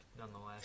nonetheless